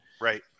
right